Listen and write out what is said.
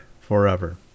forever